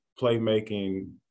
playmaking